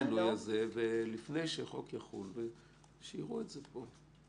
תעשו את השינוי הזה לפני שהחוק יחול ושיראו את זה פה.